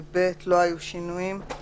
ו-(ב) לא היו שינויים.